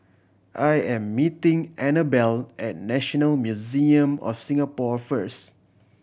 I am meeting Annabell at National Museum of Singapore first